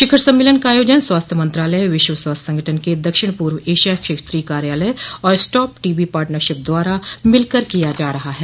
शिखर सम्मेलन का आयोजन स्वास्थ्य मंत्रालय विश्व स्वास्थ्य संगठन के दक्षिण पूर्व एशिया क्षेत्रीय कार्यालय और स्टॉप टीबी पार्टनरशिप द्वारा मिलकर किया जा रहा है